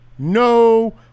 no